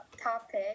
topic